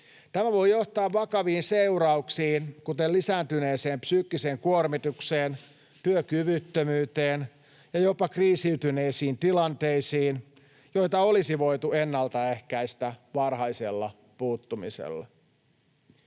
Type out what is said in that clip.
Tämä voi johtaa vakaviin seurauksiin, kuten lisääntyneeseen psyykkiseen kuormitukseen, työkyvyttömyyteen ja jopa kriisiytyneisiin tilanteisiin, joita olisi voitu ennaltaehkäistä varhaisella puuttumisella.